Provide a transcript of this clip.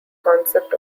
concept